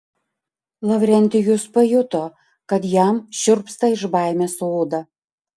lavrentijus pajuto kad jam šiurpsta iš baimės oda